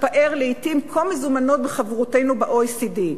מתפאר לעתים כה מזומנות בחברותנו ב-OECD.